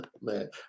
man